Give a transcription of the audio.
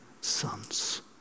sons